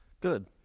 Good